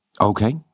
Okay